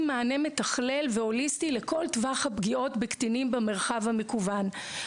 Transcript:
מענה מתכלל והוליסטי לכל טווח הפגיעות בקטינים במרחב המקוון.